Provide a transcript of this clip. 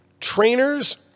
trainers